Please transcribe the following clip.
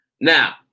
Now